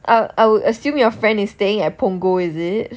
I I would assume your friend is staying at punggol is it